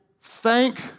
thank